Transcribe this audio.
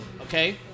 okay